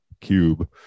cube